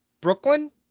Brooklyn